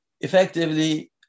effectively